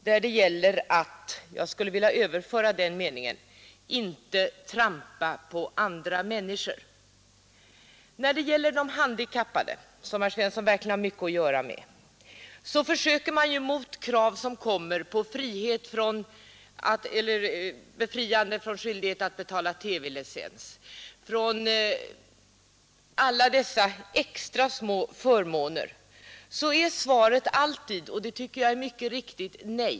Här gäller det — jag vill upprepa den meningen — att inte trampa på andra människor. I fråga om de handikappade, som herr Svensson verkligen har mycket att göra med, kommer det ofta fram krav på små extra förmåner, t.ex. befrielse från skyldighet att betala TV-licens. Då är svaret alltid nej, och det tycker jag är riktigt.